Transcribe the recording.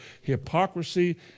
hypocrisy